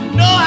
no